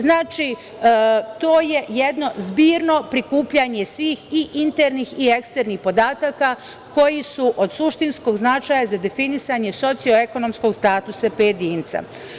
Znači, to je jedno zbirno prikupljanje svih i internih i eksternih podataka koji su od suštinskog značaja za definisanje socioekonomskog statusa pojedinca.